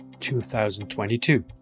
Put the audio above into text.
2022